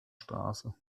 straße